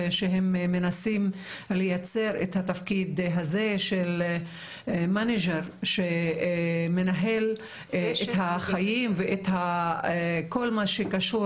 שהם מנסים לייצר את התפקיד הזה של מנהל את החיים ואת כל מה שקשור,